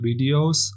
videos